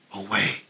away